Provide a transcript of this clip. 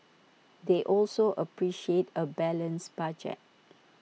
they also appreciate A balanced budget